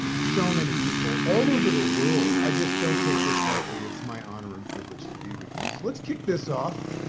and so many people all over the world. i just don't take this lightly. it's my honor and privilege to be with you. so let's kick this off.